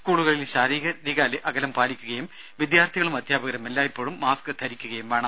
സ്കൂളുകളിൽ ശാരീരിക അകലം പാലിക്കുകയും വിദ്യാർത്ഥികളും അധ്യാപകരും എല്ലായ്പ്പോഴും മാസ്ക് ധരിക്കുകയും വേണം